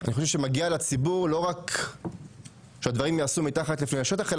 אני חושב שמגיע לציבור לא רק שהדברים ייעשו מתחת לפני שטח,